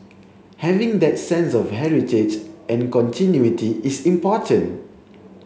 having that sense of heritage and continuity is important